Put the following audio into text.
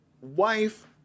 wife